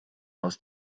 aus